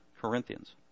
Corinthians